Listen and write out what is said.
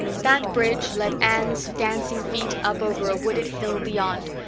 that bridge led anne's dancing feet up over a wooded hill beyond,